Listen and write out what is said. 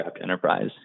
enterprise